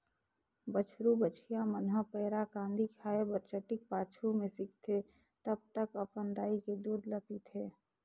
बछरु बछिया मन ह पैरा, कांदी खाए बर चटिक पाछू में सीखथे तब तक अपन दाई के दूद ल पीथे